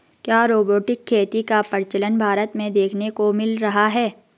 क्या रोबोटिक खेती का प्रचलन भारत में देखने को मिल रहा है?